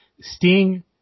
Sting